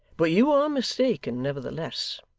but you are mistaken nevertheless.